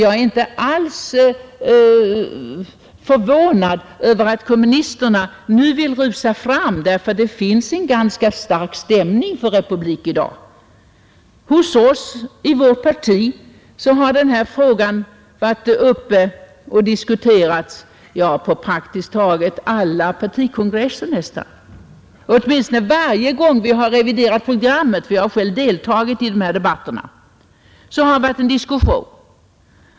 Jag är inte alls förvånad över att kommunisterna nu vill rusa fram ty det finns en ganska stark stämning för republik i dag. Hos oss i vårt parti har denna fråga varit uppe och diskuterats på praktiskt taget alla partikongresser. Åtminstone varje gång vi har reviderat programmet — jag har själv deltagit i dessa debatter — har det förts en diskussion.